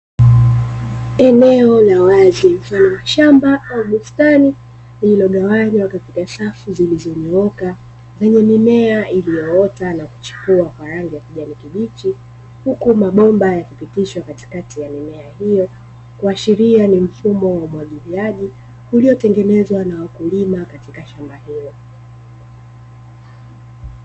Eneo la wazi mfano wa shamba au bustani lililogawanywa katika safu iliyonyooka lenye mimea iliyo ota na kuchipua kwa rangi ya kijani kibichi, huku mabomba yakipitishwa katikati ya mimea hiyo, kuashiria ni mfumo wa umwagiliaji uliotengenezwa na wakulima katika shamba hilo.